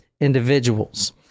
individuals